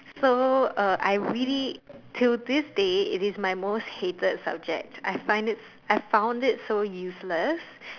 so uh I really till this day it is my most hated subject I find it I found it so useless